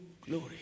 glory